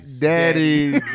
daddy